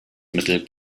mittel